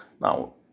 Now